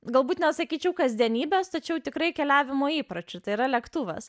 galbūt net sakyčiau kasdienybės tačiau tikrai keliavimo įpročių tai yra lėktuvas